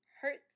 hurts